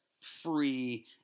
free